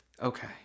Okay